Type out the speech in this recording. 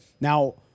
Now